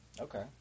Okay